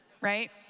right